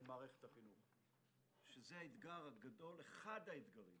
במערכת החינוך, שזה האתגר הגדול, אחד האתגרים